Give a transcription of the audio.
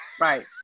right